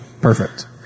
Perfect